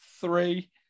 three